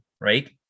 right